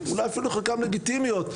אולי אפילו חלקן לגיטימיות,